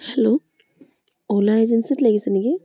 hello Ola এজেঞ্চিত লাগিছে নেকি